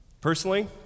Personally